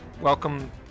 welcome